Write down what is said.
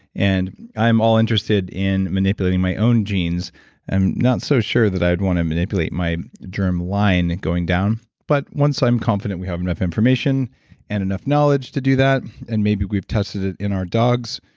and i'm all interested in manipulating my own genes not so sure that i would want to manipulate my germline going down. but once i'm confident we have enough information and enough knowledge to do that, and maybe we've tested it in our dogs,